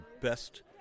best